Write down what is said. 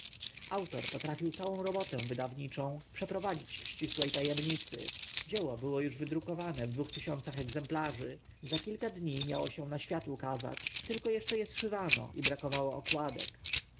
autor potrafił całą robotę wydawniczą przeprowadzić w ścisłe ta emnicy dzieło było uż wydrukowane w dwóch tysiącach egzemplarzy za kilka dni miało się na świat ukazać tylko eszcze e zszywano i brakowało okładek